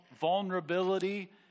vulnerability